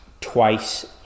twice